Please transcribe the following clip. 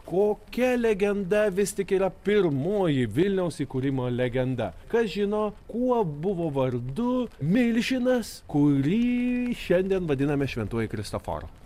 kokia legenda vis tik yra pirmoji vilniaus įkūrimo legenda kas žino kuo buvo vardu milžinas kurį šiandien vadiname šventuoju kristoforu